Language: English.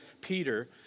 Peter